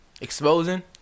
exposing